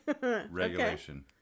Regulation